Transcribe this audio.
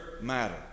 matter